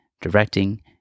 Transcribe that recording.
directing